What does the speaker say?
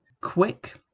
quick